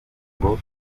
ngo